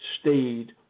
stayed